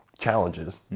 challenges